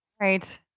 Right